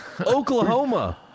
Oklahoma